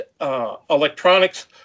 electronics